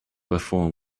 reform